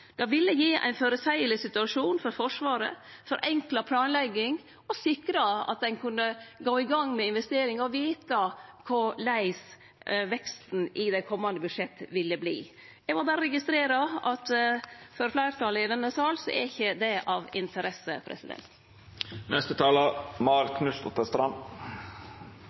Det ville gitt ein føreseieleg situasjon for Forsvaret, forenkla planlegginga og sikra at ein kunne gå i gang med investering og vite korleis veksten i dei komande budsjetta ville bli. Eg må berre registrere at for fleirtalet i denne salen er ikkje det av interesse.